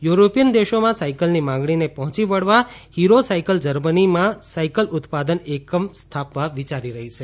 European દેશોમાં સાયકલની માગણીને પહોંચી વળવા હિરો સાયકલ જર્મનીમાં સાયકલ ઉત્પાદન એકમ સ્થાપવા વિચારી રહી છે